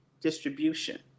distribution